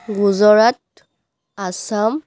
Gujarat Assam